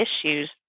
issues